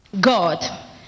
God